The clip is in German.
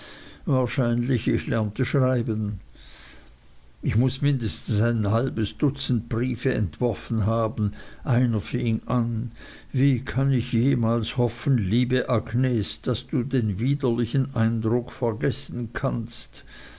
wahrscheinlich ich lernte schreiben ich muß mindestens ein halbes dutzend briefe entworfen haben einer fing an wie kann ich jemals hoffen liebe agnes daß du den widerlichen eindruck vergessen kannst